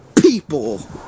people